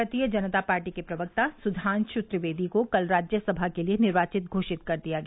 भारतीय जनता पार्टी के प्रवक्ता सुधांशु त्रिवेदी को कल राज्यसभा के लिये निर्वाचित घोषित कर दिया गया